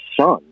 son